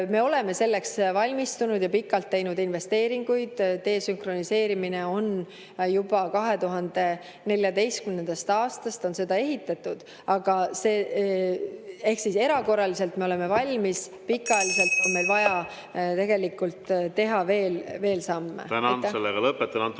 Me oleme selleks valmistunud ja pikalt teinud investeeringuid. Desünkroniseerimiseks on juba 2014. aastast [valmistutud]. (Juhataja helistab kella.) Ehk siis erakorraliselt me oleme valmis, pikaajaliselt on meil vaja tegelikult teha veel samme.